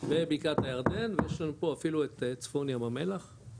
ובקעת הירדן ויש לנו פה אפילו את צפון ים המלח.